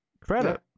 credit